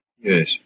Yes